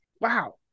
Wow